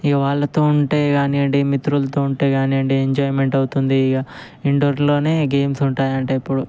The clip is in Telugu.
ఇక వాళ్ళతో ఉంటే కానీయండి మిత్రులతో ఉంటే కానీయండి ఎంజాయ్మెంట్ అవుతుంది ఇక ఇండోర్లోనే గేమ్స్ ఉంటాయి అంటే ఇప్పుడు